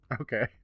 Okay